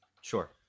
Sure